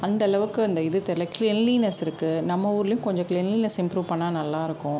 அந்த அளவுக்கு அந்த இது தெரில க்ளெல்னினஸ் இருக்கு நம்ம ஊர்லையும் கொஞ்சம் க்ளெல்னினஸ் இம்ப்ரூவ் பண்ணால் நல்லாருக்கும்